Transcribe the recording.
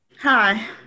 Hi